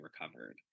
recovered